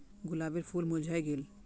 गुलाबेर फूल मुर्झाए गेल